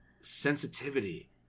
sensitivity